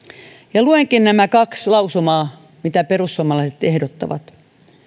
luenkin nämä kaksi lausumaa joita perussuomalaiset ehdottavat